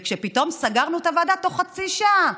וכשפתאום סגרנו את הוועדה תוך חצי שעה,